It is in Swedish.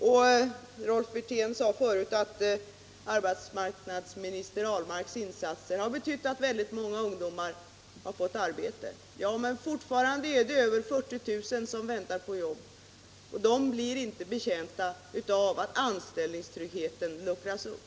m.m. Rolf Wirtén sade tidigare att arbetsmarknadsminister Ahlmarks insatser har betytt att väldigt många ungdomar fått arbete. Men fortfarande är det över 40 000 som väntar på jobb, och de blir inte betjänta av att anställningstryggheten luckras upp.